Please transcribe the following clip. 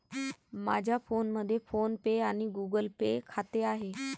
माझ्या फोनमध्ये PhonePe आणि गुगल पे खाते आहे